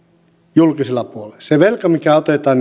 julkisella puolella se velka mikä otetaan